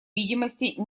видимости